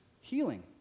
healing